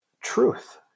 truth